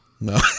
No